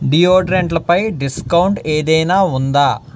డియోడరెంట్లపై discount ఏదైనా ఉందా